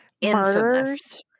Infamous